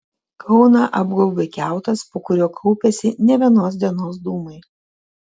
kauną apgaubė kiautas po kuriuo kaupiasi ne vienos dienos dūmai